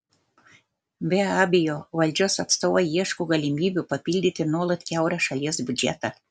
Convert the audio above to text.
be abejo valdžios atstovai ieško galimybių papildyti nuolat kiaurą šalies biudžetą